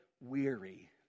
weary